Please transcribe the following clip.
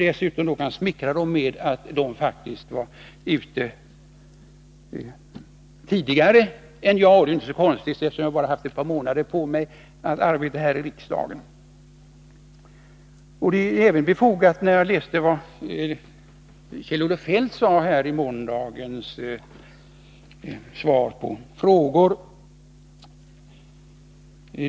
Dessutom kan man smickra dess företrädare med att de faktiskt varit ute tidigare än jag — även om det inte är så konstigt, eftersom jag bara haft ett par månader på mig att arbeta här i riksdagen. Jag har också läst vad Kjell-Olof Feldt sade här i interpellationsdebatten måndagen den 6 december.